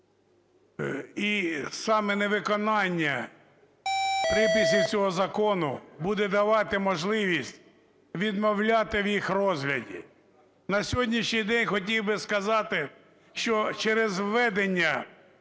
І саме невиконання приписів цього закону буде давати можливість відмовляти в їх розгляді. На сьогоднішній день хотів би сказати, що через введення